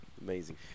amazing